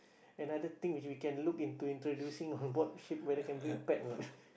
another thing which we can look into introducing on board the ship whether can bring pet or not